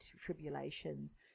tribulations